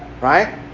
Right